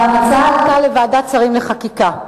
ההצעה עלתה לוועדת השרים לחקיקה.